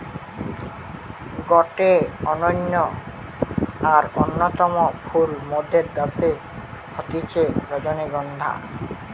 গটে অনন্য আর অন্যতম ফুল মোদের দ্যাশে হতিছে রজনীগন্ধা